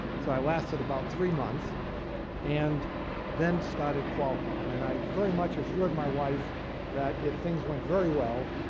so i lasted about three months and then started qualcomm. and i very much assured my wife that if things went very well,